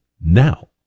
now